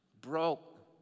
broke